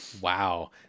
wow